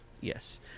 Yes